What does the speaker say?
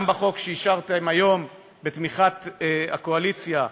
גם בחוק שאישרתם היום בתמיכת הקואליציה,